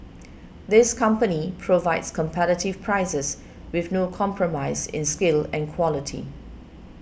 this company provides competitive prices with no compromise in skill and quality